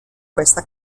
questa